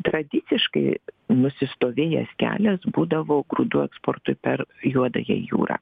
tradiciškai nusistovėjęs kelias būdavo grūdų eksportui per juodąją jūrą